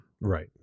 right